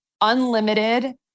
unlimited